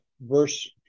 verse